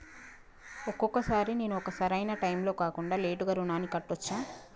ఒక్కొక సారి నేను ఒక సరైనా టైంలో కాకుండా లేటుగా రుణాన్ని కట్టచ్చా?